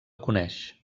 coneix